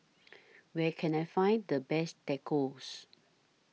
Where Can I Find The Best Tacos